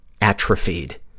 atrophied